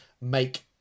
make